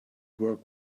work